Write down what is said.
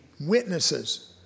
witnesses